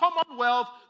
commonwealth